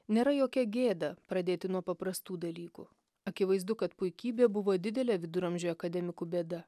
nėra jokia gėda pradėti nuo paprastų dalykų akivaizdu kad puikybė buvo didelė viduramžių akademikų bėda